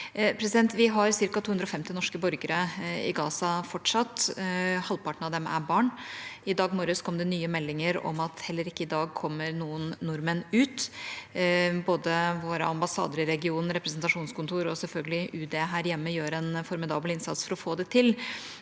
Vi har ca. 250 norske borgere i Gaza fortsatt. Halvparten av dem er barn. I dag morges kom det nye meldinger om at heller ikke i dag kommer noen nordmenn ut. Både våre ambassader i regionen, representasjonskontorer og selvfølgelig UD her hjemme gjør en formidabel innsats for å få det til.